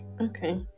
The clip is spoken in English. okay